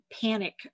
panic